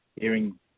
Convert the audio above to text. hearing